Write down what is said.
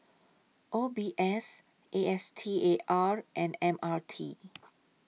O B S A S T A R and M R T